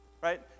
Right